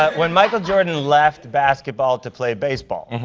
when michael jordan left basketball to play baseball,